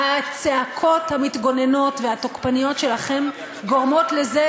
הצעקות המתגוננות והתוקפניות שלכם גורמות לזה,